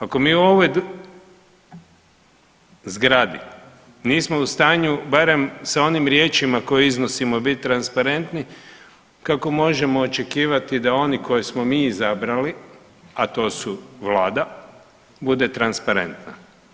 Ako mi u ovoj .../nerazumljivo/... zgradi nismo u stanju barem sa onim riječima koje iznosimo biti transparentni, kako možemo očekivati da oni koje smo mi izabrali, a to su Vlada, bude transparentna?